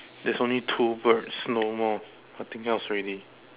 there's only two birds no more nothing else already